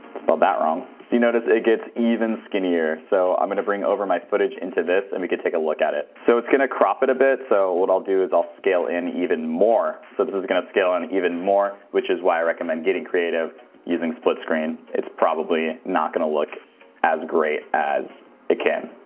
spelled that wrong. so you notice it gets even skinnier so i'm gonna bring over my footage into this and we could take a look at it. so it's gonna crop it a bit so what i'll do is i'll scale in even more so this is gonna scale an and even more which is why i recommend getting creative using split-screen it's probably not gonna look as great as it can.